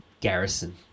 garrison